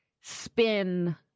spin